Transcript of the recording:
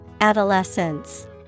Adolescence